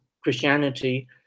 Christianity